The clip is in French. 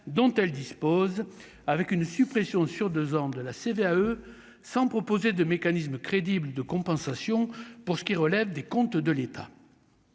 dont elle dispose, avec une suppression sur 2 ans de la CVAE sans proposer de mécanismes crédibles de compensation pour ce qui relève des comptes de l'État,